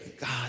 God